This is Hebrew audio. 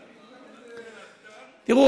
תראו,